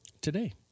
Today